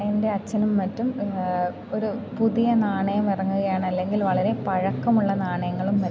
എൻ്റെ അച്ഛനും മറ്റും ഒരു പുതിയ നാണയം ഇറങ്ങുകയാണ് അല്ലെങ്കിൽ വളരെ പഴക്കമുള്ള നാണയങ്ങളും മറ്റും